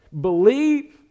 Believe